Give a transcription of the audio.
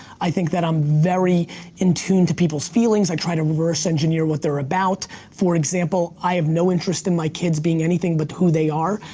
i think that i'm very in tune to people's feelings. i try to reverse engineer what they're about. for example, i have no interest in my kids being anything but who they are.